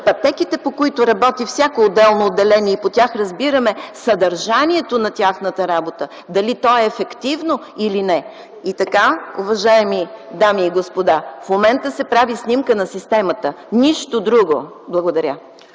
пътеките, по които работи всяко отделно отделение, и по тях разбираме съдържанието на тяхната работа, дали то е ефективно или не. Уважаеми дами и господа, в момента се прави снимка на системата – нищо друго. Благодаря.